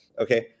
okay